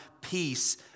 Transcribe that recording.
peace